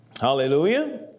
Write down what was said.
Hallelujah